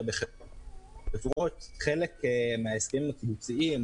לפחות חלק מההסכמים הקיבוציים,